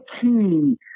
Key